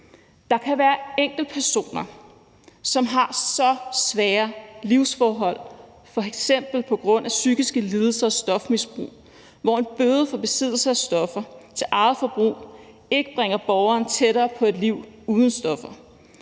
Der kan være enkeltpersoner, som har så svære livsforhold, f.eks. på grund af psykiske lidelser og stofmisbrug, hvor en bøde for besiddelse af stoffer til eget forbrug ikke bringer borgeren tættere på et liv uden stoffer.